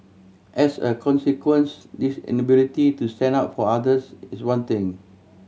as a consequence this inability to stand up for others is one thing